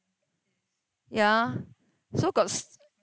ya so got